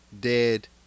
dead